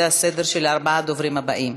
זה הסדר של ארבעת הדוברים הבאים.